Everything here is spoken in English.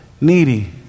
needy